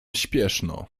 śpieszno